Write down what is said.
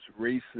racist